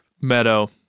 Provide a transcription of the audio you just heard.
meadow